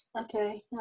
Okay